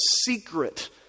secret